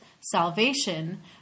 salvation